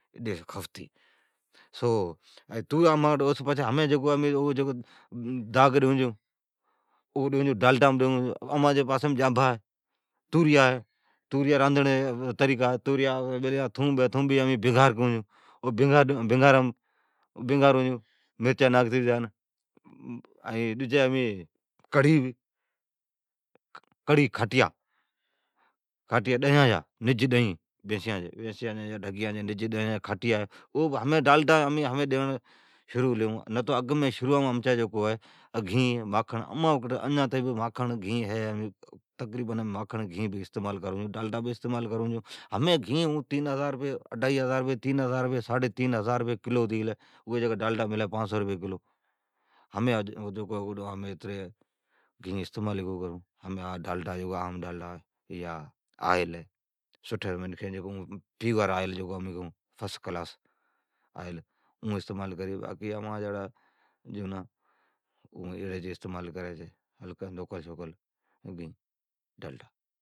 وڈی کھفتی۔ سو او سون پچھی امین داگ ڈیئون چھون او ڈالٹیم ڈیئون چھون۔ امچی پاسیم جھانبھا ہے توریا ہے۔ توریا راندھڑی جا طریقا، تھوب ہے تھوب ناکھون چھون بھیگار کرون چھون ائین مرچا ناکھتی پتیا۔ ائین دجی امین کڑھی، کھاٹیا نج ڈیا جا اون بہ بینسیا جی ڈگیا جی۔ او بی ھمین ڈالٹام شروع ھلین ھو نتو اگی امچی نج گھین ہے۔ اجان بہ اماٹھ نج گھین ہے، ڈالٹا استعمال کرون چھون۔ ھمین اون گھین اڈاھی ھزار رپئی، ڈو ھزار رپئی، تین ھزار رپئی کلو ھتی گلی اوی جگا ڈالٹا ملی پاسو رپئی کلو۔ ھمین اتری گھین استعمال ئی کونی کرون۔ اوی جگا ڈالٹا ہے، پیور آئیل فسکلاس اون استعمال کرون۔ باقی جکو ہے مان جیڑا جھونا او لوکل سوکل استعمال کری چھی گھین ڈالٹا